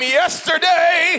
yesterday